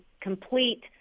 complete